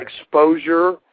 exposure